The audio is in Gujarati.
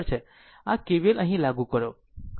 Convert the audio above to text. તેથી આ KVL અહીં લાગુ કરો